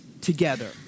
together